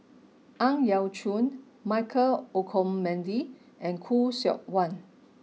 Ang Yau Choon Michael Olcomendy and Khoo Seok Wan